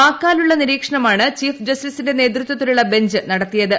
വാക്കാലുള്ള നിരീക്ഷണമാണ് ചീഫ് ജസ്റ്റിസിന്റെ നേതൃത്വത്തിലുള്ള ബെഞ്ച് നടത്തിയത്